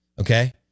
Okay